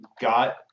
got